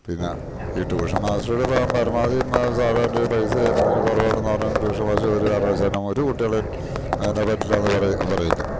പിന്നെ ഈ ട്യൂഷൻ മാസ്റ്റർടെ പരമാവധി സാധാരണ ഒരു പൈസ ഇതിൽ കുറവാണെന്ന് പറഞ്ഞാൽ ടുൂഷൻ മാസ്റ്ററ് ഒരു കാരണവശാലും ഒരു കുട്ടികളേം അങ്ങനെ പറ്റില്ലാന്ന് പറയില്ല